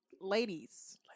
Ladies